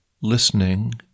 listening